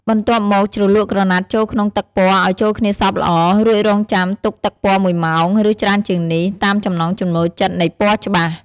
បន្ទាប់មក ជ្រលក់ក្រណាត់ចូលក្នុងទឹកពណ៌ឱ្យចូលគ្នាសព្វល្អ រួចរងចាំទុកទឹកពណ៌១ម៉ោង ឬច្រើនជាងនេះ តាមចំណង់ចំណូលចិត្តនៃពណ៌ច្បាស់។